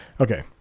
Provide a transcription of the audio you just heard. Okay